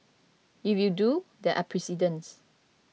if you do there are precedents